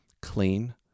clean